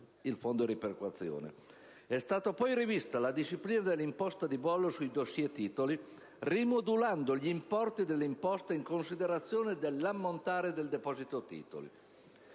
del fondo di perequazione. È stata poi rivista la disciplina dell'imposta di bollo sui *dossier* titoli rimodulando gli importi dell'imposta in considerazione dell'ammontare del deposito titoli.